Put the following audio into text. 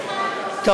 מה זה הדבר הזה?